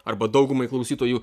arba daugumai klausytojų